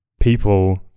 people